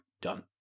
done